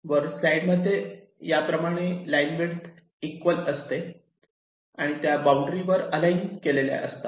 वर स्लाईड मध्ये याप्रमाणे लाईन विड्थ इक्वल असते आणि त्या बॉण्ड्री वर अलाईन केलेल्या असतात